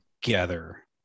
together